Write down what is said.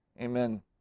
Amen